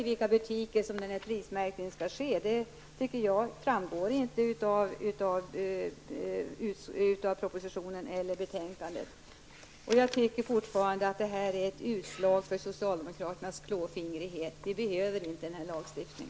I vilka butiker skall denna prismärkning ske? Det framgår inte av propositionen eller betänkandet. Jag tycker fortfarande att detta är ett utslag av socialdemokraternas klåfingrighet. Vi behöver inte denna lagstiftning.